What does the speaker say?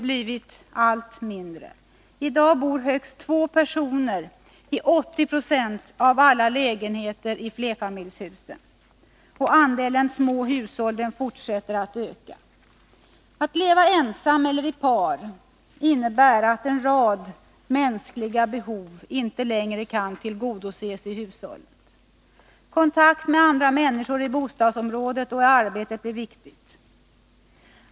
blivit allt mindre. I dag bor högst två personer i 80 20 av alla lägenheter i flerfamiljshusen, och andelen små hushåll fortsätter att öka. Att leva ensam eller i par innebär att en rad mänskliga behov inte längre kan tillgodoses i hushållet. Kontakten med andra människor i bostadsområdet och i arbetet blir viktig.